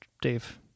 Dave